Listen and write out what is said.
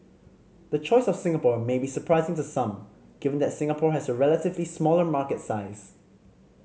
the choice of Singapore may be surprising to some given that Singapore has a relatively smaller market size